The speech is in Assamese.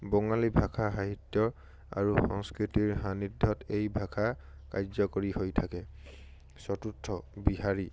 বঙালী ভাষা সাহিত্যৰ আৰু সংস্কৃতিৰ সানিধ্যত এই ভাষা কাৰ্যকৰী হৈ থাকে চতুৰ্থ বিহাৰী